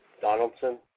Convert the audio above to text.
Donaldson